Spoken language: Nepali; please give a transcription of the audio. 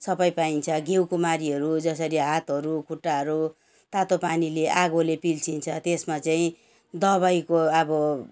सबै पाइन्छ घिउकुमारीहरू जसरी हातहरू खुट्टाहरू तातो पानीले आगोले पिल्सिन्छ त्यसमा चाहिँ दबाईको अब